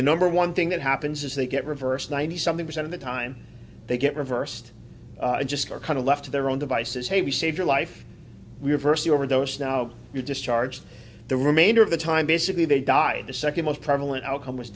the number one thing that happens is they get reversed ninety something percent of the time they get reversed just are kind of left to their own devices hey we save your life we reverse the overdose now you're discharged the remainder of the time basically they died the second most prevalent outcome was